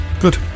good